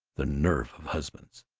the nerve of husbands!